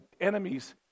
enemies